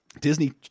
Disney